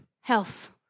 Health